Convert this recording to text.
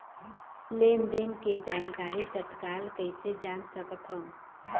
लेन देन के जानकारी तत्काल कइसे जान सकथव?